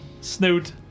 snoot